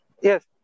Yes